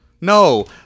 No